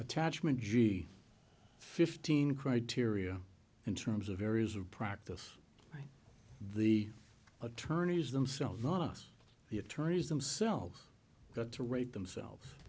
attachment fifteen criteria in terms of areas of practice the attorneys themselves not us the attorneys themselves got to write themselves